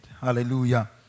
Hallelujah